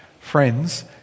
Friends